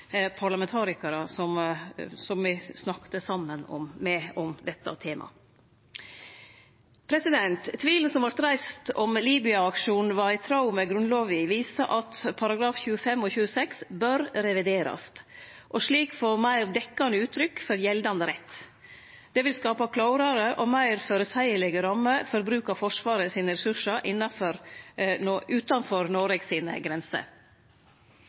parlamentarikarar som me snakka med om dette temaet. Tvilen som vart reist om Libya-aksjonen var i tråd med Grunnlova, viser at §§ 25 og 26 bør reviderast og slik få meir dekkande uttrykk for gjeldande rett. Det vil skape klårare og meir føreseielege rammer for bruk av Forsvarets ressursar utanfor Noregs grenser.